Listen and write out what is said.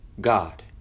god